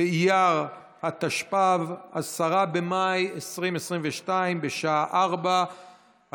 באייר התשפ"ב, 10 במאי 2022, בשעה 16:00.